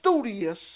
studious